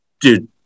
Dude